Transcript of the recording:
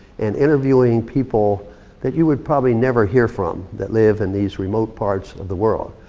and interviewing people that you would probably never hear from that live in these remote parts of the world.